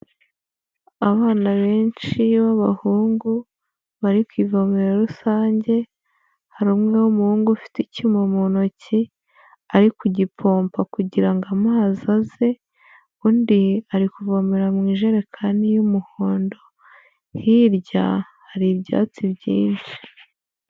Abana benshi b'abahungu bari ku ivomero rusange, hari umwe w'umuhungu ufite icyuma mu ntoki ari ku gipomba kugira ngo amazi aze, undi ari kuvomera mu ijerekani y'umuhondo, hirya hari ibyatsi byinshi.